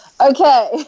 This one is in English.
Okay